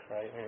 Right